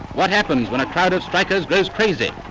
what happens when a crowd of strikers goes crazy,